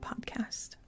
podcast